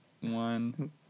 One